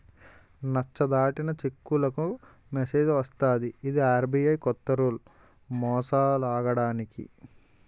నచ్చ దాటిన చెక్కులకు మెసేజ్ వస్తది ఇది ఆర్.బి.ఐ కొత్త రూల్ మోసాలాగడానికి